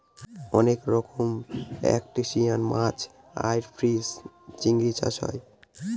অনেক রকমের ত্রুসটাসিয়ান মাছ ক্রাইফিষ, চিংড়ি চাষ হয়